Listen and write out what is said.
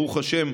ברוך השם,